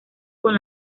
con